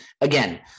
Again